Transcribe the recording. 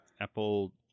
apple